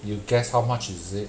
you guess how much is it